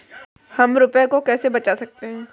हम रुपये को कैसे बचा सकते हैं?